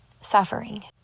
suffering